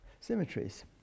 symmetries